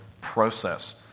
process